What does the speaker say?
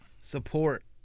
support